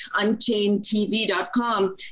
UnchainedTV.com